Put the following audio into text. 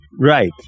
Right